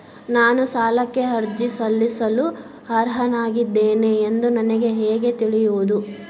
ನಾನು ಸಾಲಕ್ಕೆ ಅರ್ಜಿ ಸಲ್ಲಿಸಲು ಅರ್ಹನಾಗಿದ್ದೇನೆ ಎಂದು ನನಗೆ ಹೇಗೆ ತಿಳಿಯುವುದು?